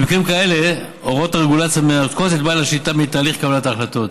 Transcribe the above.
במקרים כאלה הוראות הרגולציה מנתקות את בעל השליטה מתהליך קבלת ההחלטות,